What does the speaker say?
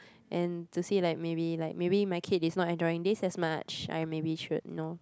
and to see like maybe like maybe my kid is not enjoying this as much I maybe should you know